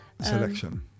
selection